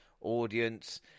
audience